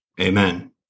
Amen